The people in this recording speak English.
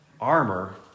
armor